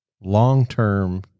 long-term